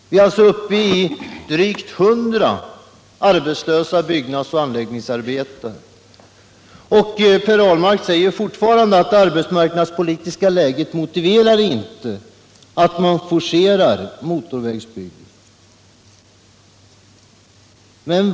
Vi är då uppe i drygt 100 arbetslösa byggnadsoch anläggningsarbetare, men Per Ahlmark säger fortfarande att det arbetsmarknadspolitiska läget inte motiverar en forcering av motorvägsbygget.